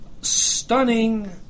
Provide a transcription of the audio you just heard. stunning